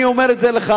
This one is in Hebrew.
אני אומר את זה לך,